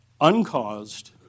uncaused